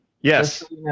Yes